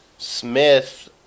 Smith